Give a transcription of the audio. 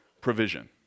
provision